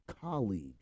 colleague